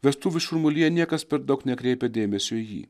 vestuvių šurmulyje niekas per daug nekreipia dėmesio į jį